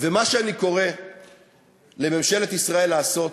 ומה שאני קורא לממשלת ישראל לעשות,